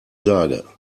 sage